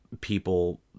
people